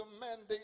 mandate